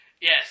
Yes